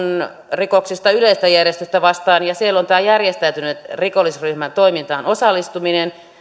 rikoksista yleistä järjestystä vastaan ja siellä on tämä järjestäytyneen rikollisryhmän toimintaan osallistuminen